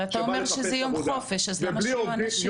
אבל אתה אומר שזה יום חופש, אז למה שיבואו אנשים?